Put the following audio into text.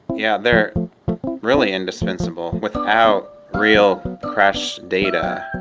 yeah, they're really indispensable. without real crash data,